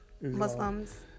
Muslims